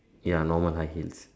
ya normal height yes